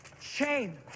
shame